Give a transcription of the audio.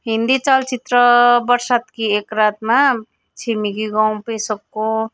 हिन्दी चलचित्र बरसात कि एक रातमा छिमेकी गाउँ पेसोकको